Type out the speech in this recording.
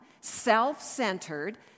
self-centered